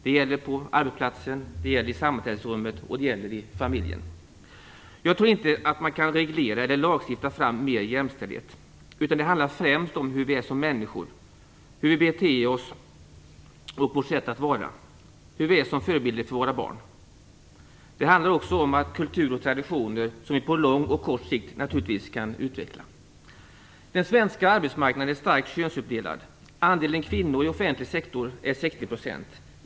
Det gäller på arbetsplatser, i sammanträdesrum och i familjen. Jag tror inte att man kan reglera eller lagstifta fram mer jämställdhet. Det handlar främst om hur vi är som människor, hur vi beter oss och vårt sätt att vara och hur vi är som förebilder för våra barn. Det handlar också om kultur och traditioner som vi kan utveckla på lång och kort sikt. Den svenska arbetsmarknaden är starkt könsuppdelad. Andelen kvinnor i offentlig sektor är 60 %.